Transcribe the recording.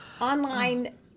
online